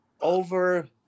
over